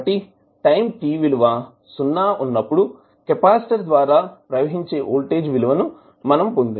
కాబట్టి time t విలువ సున్నా ఉన్నప్పుడు కెపాసిటర్ ద్వారా ప్రవహించే వోల్టేజ్ విలువను మనం పొందాము